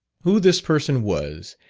who this person was,